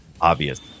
obvious